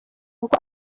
kuko